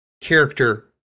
character